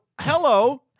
hello